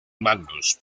magnus